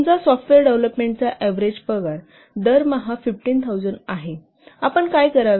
समजा सॉफ्टवेअर डेव्हलोपमेंटचा एव्हरेज पगार दरमहा 15000 आहे आपण काय करावे